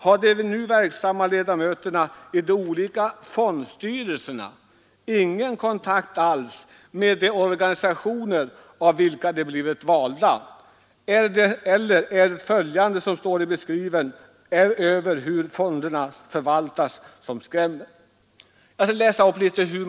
Har de nu verksamma ledamöterna i de olika fondstyrelserna ingen kontakt alls med de organisationer av vilka de blivit valda? Eller är det beskrivningen över hur fonderna förvaltas som skrämmer?